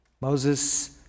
Moses